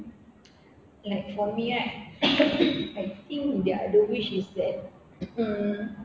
like for me right I think the other wish is that mm